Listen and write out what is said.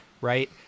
right